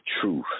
truth